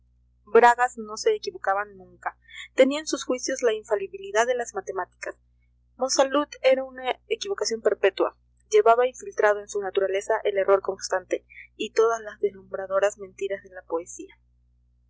bragas no se equivocaba nunca tenía en sus juicios la infalibilidad de las matemáticas monsalud era una equivocación perpetua llevaba infiltrado en su naturaleza el error constante y todas las deslumbradoras mentiras de la poesía